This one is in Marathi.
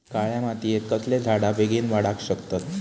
काळ्या मातयेत कसले झाडा बेगीन वाडाक शकतत?